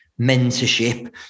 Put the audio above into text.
mentorship